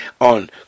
On